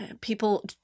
people